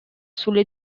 sulle